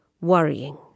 worrying